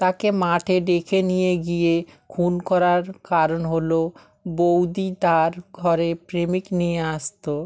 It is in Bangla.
তাকে মাঠে ডেকে নিয়ে গিয়ে খুন করার কারণ হলো বৌদি তার ঘরে প্রেমিক নিয়ে আসতো